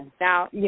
Now